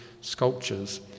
sculptures